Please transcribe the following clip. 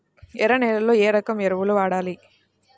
ఎర్ర నేలలో ఏ రకం ఎరువులు వాడాలి?